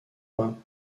pas